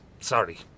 sorry